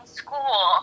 school